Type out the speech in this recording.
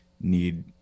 need